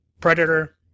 Predator